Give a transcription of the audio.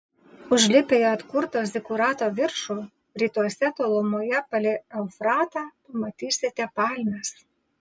užlipę į atkurto zikurato viršų rytuose tolumoje palei eufratą pamatysite palmes